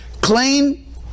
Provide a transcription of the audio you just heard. clean